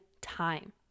time